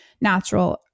natural